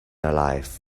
alive